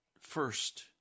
first